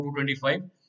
225